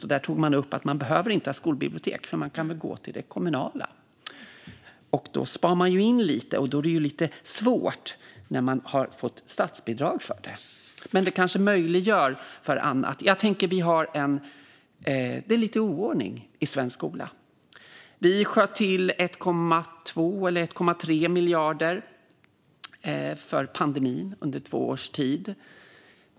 Jag läste i förra veckan en tidning där någon sa att man inte behöver ha skolbibliotek, för eleverna kan väl gå till det kommunala. Då sparar man ju in lite, och då är det lite svårt när man har fått statsbidrag för det. Men det kanske möjliggör för annat. Det är lite oordning i svensk skola. Vi sköt till 1,2 eller 1,3 miljarder för pandemin under två års tid.